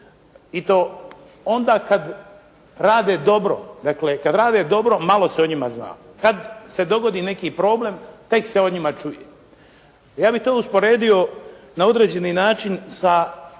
I to onda kad rade dobro. Dakle kad rade dobro malo se o njima zna. Kad se dogodi neki problem tek se o njima čuje. Ja bih to usporedio na određeni način sa,